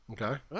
Okay